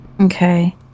Okay